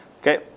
Okay